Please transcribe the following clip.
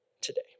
today